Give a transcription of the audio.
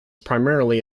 primarily